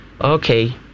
Okay